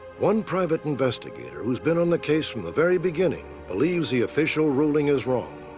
one private investigator who's been on the case from the very beginning believes the official ruling is wrong.